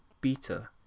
beta